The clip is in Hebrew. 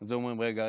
אז היו אומרים: רגע,